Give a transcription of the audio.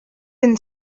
been